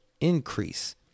increase